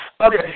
Okay